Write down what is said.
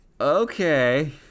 Okay